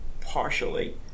partially